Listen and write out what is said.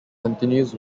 continues